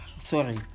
sorry